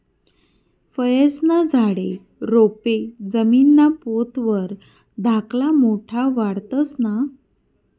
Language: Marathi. फयेस्ना झाडे, रोपे जमीनना पोत वर धाकला मोठा वाढतंस ना?